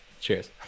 Cheers